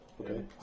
Okay